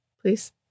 please